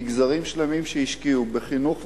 מגזרים שלמים שהשקיעו בחינוך,